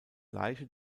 leiche